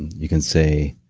you can say.